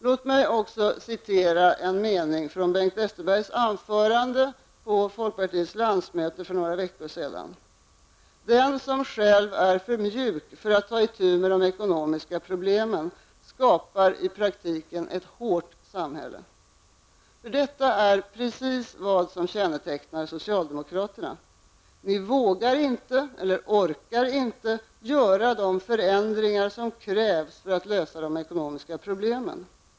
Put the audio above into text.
Låt mig också citera en mening från Bengt Westerbergs anförande på folkpartiets landsmöte för några veckor sedan: ''Den som själv är för mjuk för att ta itu med de ekonomiska problemen skapar i praktiken ett hårt samhälle.'' Detta är precis vad som kännetecknar socialdemokraterna. Ni vågar inte eller orkar inte göra de förändringar som krävs för att lösa de ekonomiska problemen.